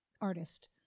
artist